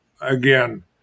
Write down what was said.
Again